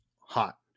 Hot